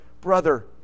Brother